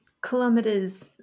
kilometers